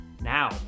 Now